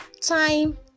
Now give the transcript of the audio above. time